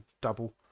double